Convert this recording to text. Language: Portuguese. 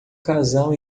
casal